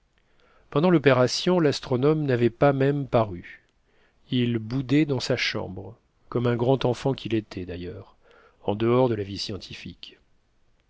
pendant l'opération l'astronome n'avait pas même paru il boudait dans sa chambre comme un grand enfant qu'il était d'ailleurs en dehors de la vie scientifique